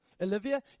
Olivia